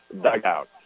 dugout